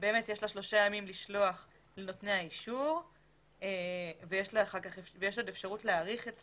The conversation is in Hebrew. יש לה שלושה ימים לשלוח לנותני האישור ויש לה עוד אפשרות להאריך את